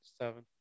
seven